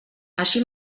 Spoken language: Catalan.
així